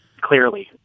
clearly